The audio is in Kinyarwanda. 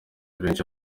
benshi